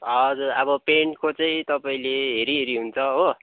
हजुर अब पेन्टको चाहिँ तपाईँले हेरी हेरी हुन्छ हो